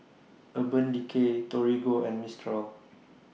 Urban Decay Torigo and Mistral